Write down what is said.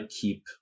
keep